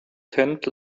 tent